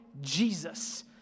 Jesus